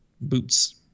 Boots